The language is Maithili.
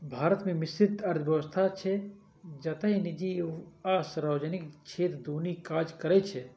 भारत मे मिश्रित अर्थव्यवस्था छै, जतय निजी आ सार्वजनिक क्षेत्र दुनू काज करै छै